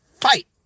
fight